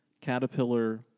caterpillar